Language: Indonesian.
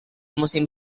musim